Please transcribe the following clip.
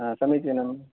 हा समीचिनं